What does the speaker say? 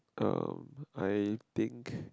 erm I think